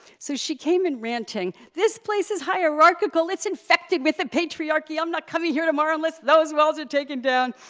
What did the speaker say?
so she came in ranting this place is hierarchical, it's infected with the patriarchy, i'm not coming here tomorrow unless those walls are taken down!